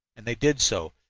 and they did so,